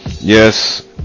Yes